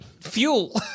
fuel